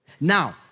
Now